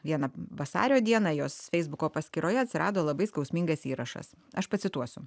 vieną vasario dieną jos feisbuko paskyroje atsirado labai skausmingas įrašas aš pacituosiu